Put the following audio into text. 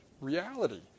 reality